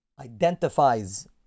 identifies